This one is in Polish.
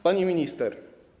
Pani Minister!